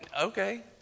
okay